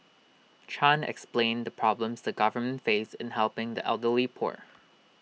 chan explained the problems the government face in helping the elderly poor